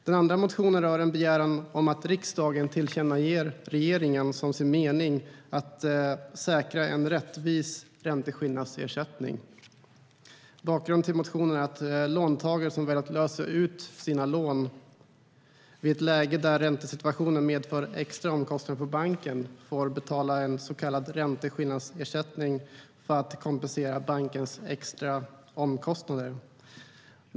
Den andra motionen rör en begäran om att riksdagen tillkännager regeringen som sin mening att säkra en rättvis ränteskillnadsersättning. Bakgrunden till motionen är att låntagare som velat lösa ut sina lån i ett läge där räntesituationen medför extra omkostnader för banken får betala en så kallad ränteskillnadsersättning för att kompensera bankens extra omkostnader.